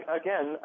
again